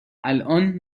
الان